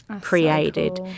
created